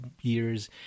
years